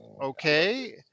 okay